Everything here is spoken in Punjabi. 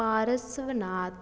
ਪਾਰਸਵਨਾਥ